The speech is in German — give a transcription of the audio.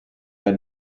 der